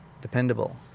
dependable